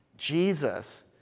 Jesus